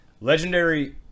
legendary